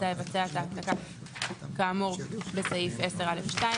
יבצע את ההעתקה כאמור בסעיף (10) (א) (2),